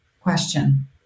question